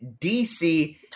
DC